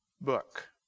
book